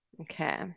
Okay